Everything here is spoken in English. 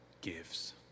gives